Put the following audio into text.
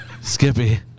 Skippy